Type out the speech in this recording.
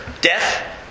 death